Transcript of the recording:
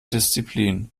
disziplin